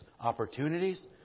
opportunities